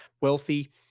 wealthy